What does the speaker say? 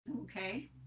Okay